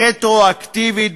רטרואקטיבית,